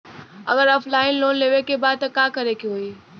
अगर offline loan लेवे के बा त का करे के होयी?